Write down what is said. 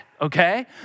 okay